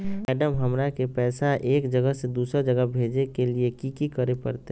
Madam, हमरा के पैसा एक जगह से दुसर जगह भेजे के लिए की की करे परते?